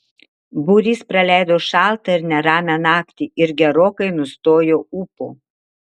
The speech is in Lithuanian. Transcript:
būrys praleido šaltą ir neramią naktį ir gerokai nustojo ūpo